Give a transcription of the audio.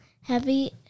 heavy